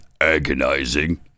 agonizing